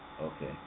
Okay